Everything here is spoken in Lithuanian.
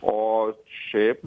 o šiaip